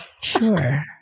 Sure